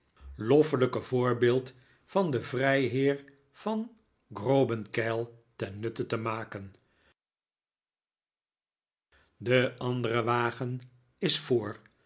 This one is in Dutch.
nickleby loffelijke voorbeeld van den vrijheer van grobenkeil ten nutte te maken de andere wagen is voor